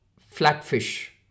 flatfish